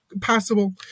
possible